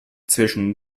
zwischen